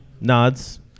Nods